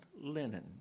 linen